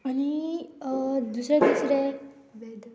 आनी दुसरे दुसरे वेदर